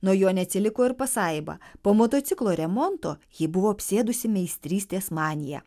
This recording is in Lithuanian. nuo jo neatsiliko ir pasaiba po motociklo remonto jį buvo apsėdusi meistrystės manija